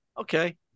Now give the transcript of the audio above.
Okay